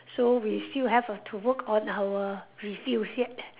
so we still have uh to work on our refuse yet